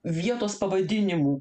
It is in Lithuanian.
vietos pavadinimų